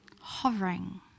hovering